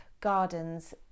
gardens